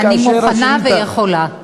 אני מוכנה ויכולה.